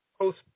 post